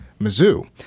Mizzou